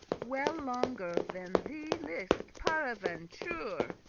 well longer than thee list, paraventure.